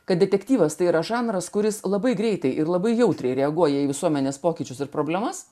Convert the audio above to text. kad detektyvas tai yra žanras kuris labai greitai ir labai jautriai reaguoja į visuomenės pokyčius ir problemas